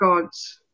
gods